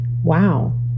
Wow